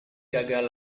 gagal